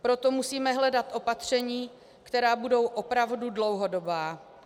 Proto musíme hledat opatření, která budou opravdu dlouhodobá.